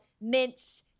Mint's